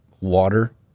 water